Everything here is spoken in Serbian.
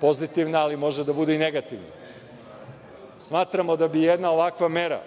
pozitivna, ali može da bude i negativna. Smatramo da bi jedna ovakva mera